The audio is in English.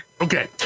Okay